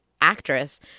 actress